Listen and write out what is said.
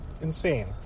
insane